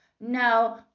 no